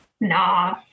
nah